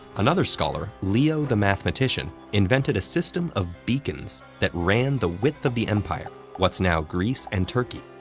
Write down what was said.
another scholar, leo the mathematician, invented a system of beacons that ran the width of the empire what's now greece and turkey.